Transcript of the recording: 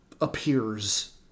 appears